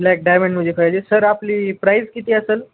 black डायमंडमध्ये पाहिजे sir आपली प्राईस किती असेल